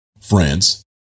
France